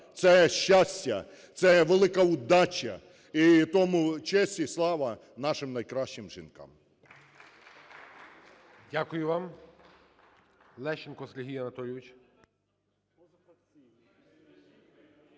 це щастя, це велика удача і тому честь і слава нашим найкращим жінкам. ГОЛОВУЮЧИЙ.